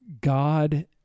God